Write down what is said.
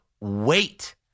wait